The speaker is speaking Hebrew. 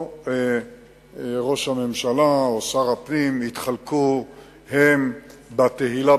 או ראש הממשלה או שר הפנים יתחלקו הם ב"תהילה",